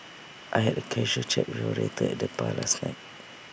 I had A casual chat with later at the bar last night